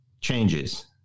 changes